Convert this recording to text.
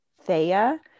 Thea